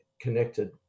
connected